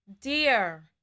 dear